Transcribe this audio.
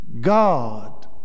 God